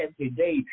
today